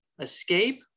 escape